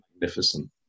magnificent